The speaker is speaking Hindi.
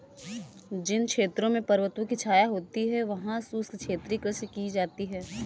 जिन क्षेत्रों में पर्वतों की छाया होती है वहां शुष्क क्षेत्रीय कृषि की जाती है